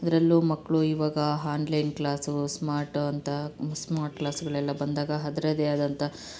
ಅದರಲ್ಲೂ ಮಕ್ಕಳು ಇವಾಗ ಹಾನ್ಲೈನ್ ಕ್ಲಾಸು ಸ್ಮಾರ್ಟ್ ಅಂತ ಸ್ಮಾರ್ಟ್ ಕ್ಲಾಸ್ಗಳೆಲ್ಲ ಬಂದಾಗ ಅದ್ರದೇ ಆದಂಥ